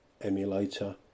Emulator